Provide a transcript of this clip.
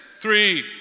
Three